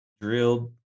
drilled